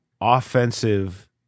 offensive